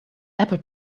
apple